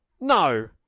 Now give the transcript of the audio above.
No